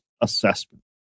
assessment